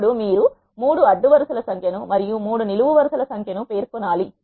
అప్పుడు మీరు 3 అడ్డు వరుస ల సంఖ్య ను మరియు 3 నిలువు వరుస ల సంఖ్య ను పేర్కొనాలి